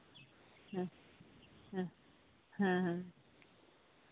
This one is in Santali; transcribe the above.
ᱦᱮᱸ ᱦᱮᱸ ᱦᱮᱸ ᱦᱮᱸ